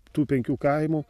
tų penkių kaimų